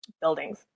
buildings